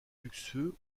luxueux